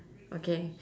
okay